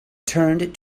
turned